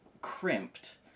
crimped